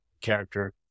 character